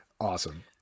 Awesome